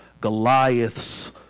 Goliath's